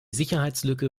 sicherheitslücke